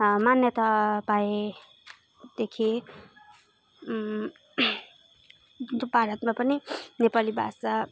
मान्यता पाएदेखि दुप भारतमा पनि नेपाली भाषा